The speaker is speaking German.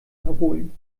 erholen